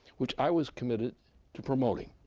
which i was committed to promoting.